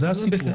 הבנתי.